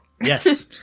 Yes